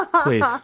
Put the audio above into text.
Please